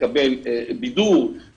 לקבל בידור,